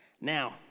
Now